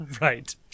right